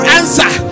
answer